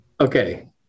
okay